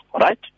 right